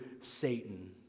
Satan